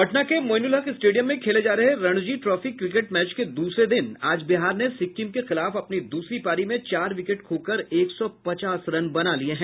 पटना के मोईनुलहक स्टेडियम में खेले जा रहे रणजी ट्रॉफी क्रिकेट मैच के दूसरे दिन आज बिहार ने सिक्किम के खिलाफ अपनी दूसरी पारी में चार विकेट खोकर एक सौ पचास रन बना लिये हैं